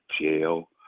jail